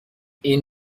این